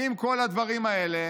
אם כל הדברים האלה,